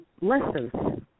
lessons